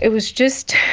it was just,